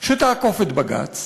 שתעקוף את בג"ץ